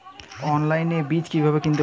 অনলাইনে বীজ কীভাবে কিনতে পারি?